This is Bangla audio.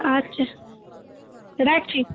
আচ্ছা রাখছি